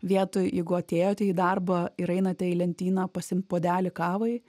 vietoj jeigu atėjote į darbą ir einate į lentyną pasiimt puodelį kavai